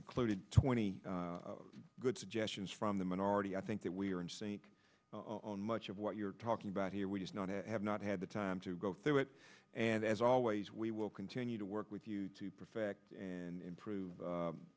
included twenty good suggestions from the minority i think that we are in sync on much of what you're talking about here we just have not had the time to go through it and as always we will continue to work with you to perfect